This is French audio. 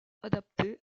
adaptées